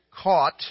caught